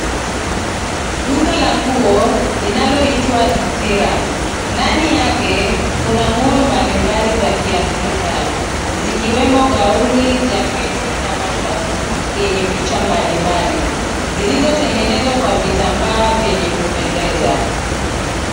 Duka la nguo linaloitwa Ithira . Ndani yake kuna nguo mbalimbali za kiafrika zikiwemo gauni, jaketi na mashati yenye picha mbalimbali zilizotengenezwa kwa vitambaa vyenye kupendeza.